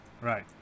right